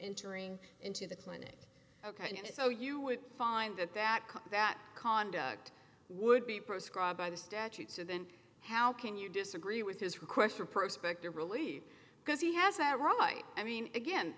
entering into the clinic ok so you would find that that that conduct would be proscribed by the statute so then how can you disagree with his request for prospective relieve because he has that right i mean again